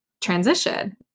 transition